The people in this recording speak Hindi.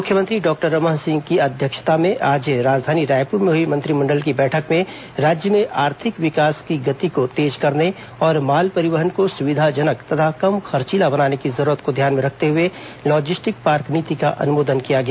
मुख्यमंत्री डॉक्टर रमन सिंह की अध्यक्षता में आज राजधानी रायपुर में हुई मंत्रिमंडल की बैठक में राज्य में आर्थिक विकास की गति को तेज करने और माल परिवहन को सुविधाजनक तथा कम खर्चीला बनाने की जरूरत को ध्यान में रखते हुए लॉजिस्टिक पार्क नीति का अनुमोदन किया गया